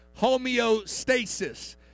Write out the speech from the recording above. homeostasis